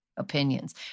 opinions